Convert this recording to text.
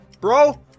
bro